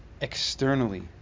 externally